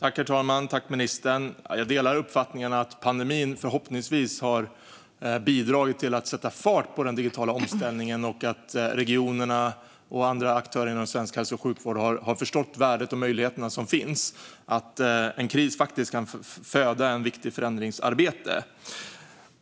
Herr talman! Jag delar uppfattningen att pandemin förhoppningsvis har bidragit till att sätta fart på den digitala omställningen och att regionerna och andra aktörer inom svensk hälso och sjukvård har förstått värdet och de möjligheter som finns och att en kris faktiskt kan föda ett viktigt förändringsarbete.